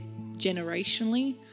generationally